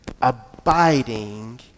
abiding